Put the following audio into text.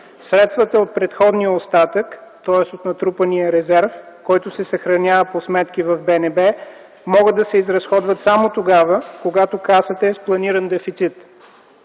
Средствата от преходния остатък, тоест от натрупания резерв, който се съхранява по сметки в БНБ, могат да се изразходват само тогава, когато Касата е с планиран дефицит.